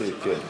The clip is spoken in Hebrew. יחסית כן.